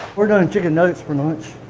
we're doing chicken nuggets for lunch.